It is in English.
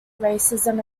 racism